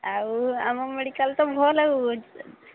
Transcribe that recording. ଆଉ ଆମ ମେଡିକାଲ୍ ତ ଭଲ ଆଉ